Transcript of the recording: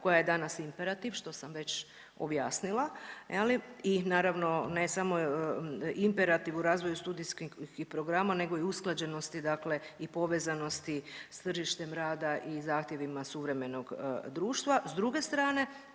koja je danas imperativ, što sam već objasnila je li i naravno ne samo imperativ u razvoju studijskih programa nego i usklađenosti dakle i povezanosti s tržištem rada i zahtjevima suvremenog društva, s druge strane